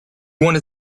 wanna